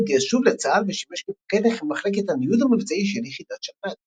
התגייס שוב לצה"ל ושימש כמפקד מחלקת הניוד המבצעי של יחידת שלדג.